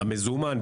במזומן,